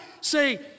say